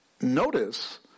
notice